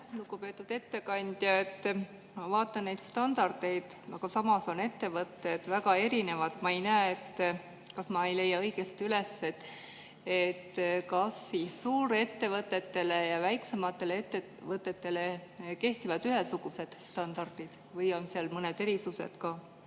Lugupeetud ettekandja! Ma vaatan neid standardeid. Aga ettevõtted on väga erinevad. Ma ei näe – äkki ma ei leia üles –, kas suurettevõtetele ja väiksematele ettevõtetele kehtivad ühesugused standardid või on seal mõned erisused ka?